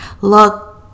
look